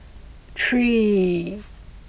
three